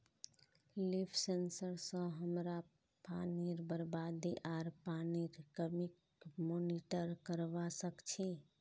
leaf sensor स हमरा पानीर बरबादी आर पानीर कमीक मॉनिटर करवा सक छी